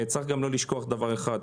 צריך לא לשכוח דבר אחד,